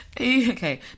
okay